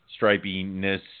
stripiness